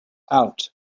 out